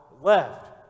left